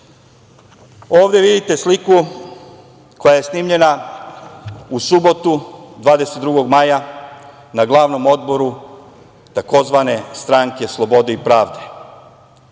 Ovde vidite sliku koja je snimljena u subotu, 22. maja, na glavnom odboru tzv. Stranke slobode i pravde.